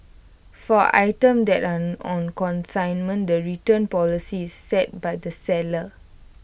for items that aren't on consignment the return policy set by the seller